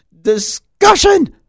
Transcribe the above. discussion